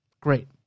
great